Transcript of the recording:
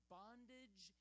bondage